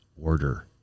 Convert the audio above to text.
order